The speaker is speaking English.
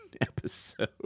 episode